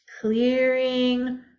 clearing